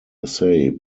essay